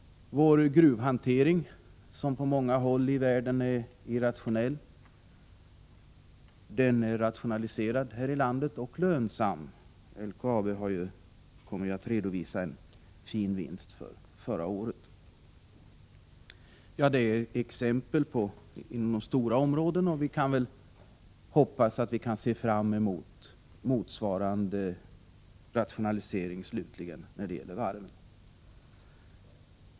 Gruvhanteringen, som på många håll i världen är irrationell, är här i landet rationaliserad och lönsam. LKAB kommer att redovisa en fin vinst för förra året. Detta var exempel från några stora områden, och vi kan väl hoppas att vi kan se fram emot motsvarande rationalisering också när det gäller varven.